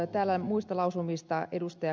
täällä muista lausumista ed